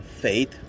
Faith